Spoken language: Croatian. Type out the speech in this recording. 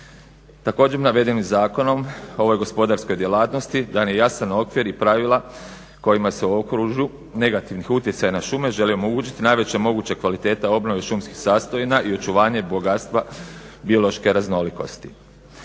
Također navedenim zakonom o ovoj gospodarskoj djelatnosti dan je jasan okvir i pravila kojima se u okružju negativnih utjecaja na šume želi omogućiti najveća moguća kvaliteta obnove šumskih sastojina i očuvanje bogatstva biološke raznolikosti.